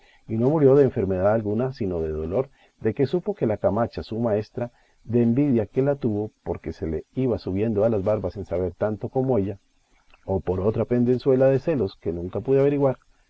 y no murió de enfermedad alguna sino de dolor de que supo que la camacha su maestra de envidia que la tuvo porque se le iba subiendo a las barbas en saber tanto como ella o por otra pendenzuela de celos que nunca pude averiguar estando tu madre preñada y llegándose